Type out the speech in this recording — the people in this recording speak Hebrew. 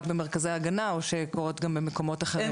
במרכזי ההגנה או שהן קורות גם במקומות אחרים?